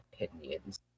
opinions